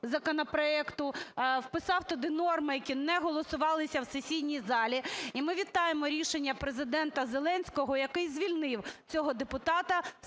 законопроекту, вписав туди норми, які не голосувалися в сесійній залі. І ми вітаємо рішення Президента Зеленського, який звільнив цього депутата